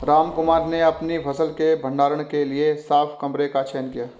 रामकुमार ने अपनी फसल के भंडारण के लिए साफ कमरे का चयन किया